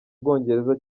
bwongereza